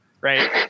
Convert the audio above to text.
right